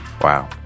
Wow